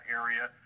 area